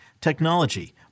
technology